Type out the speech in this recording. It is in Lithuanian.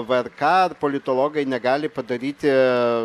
vrk ar politologai negali padaryti